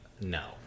no